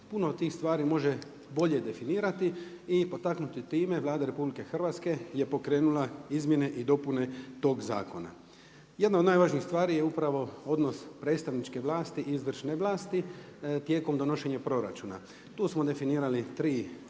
puno tih stvari može bolje definirati. I potaknuti time Vlada RH je pokrenula izmjene i dopune tog zakona. Jedna od najvažnijih stvari je upravo odnos predstavničke vlasti i izvršne vlasti tijekom donošenja proračuna. Tu smo definirali tri moguća